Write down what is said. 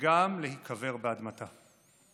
וגם להיקבר באדמתה.